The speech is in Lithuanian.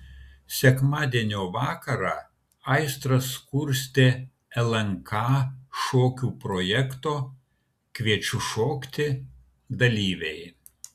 sekmadienio vakarą aistras kurstė lnk šokių projekto kviečiu šokti dalyviai